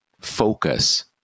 focus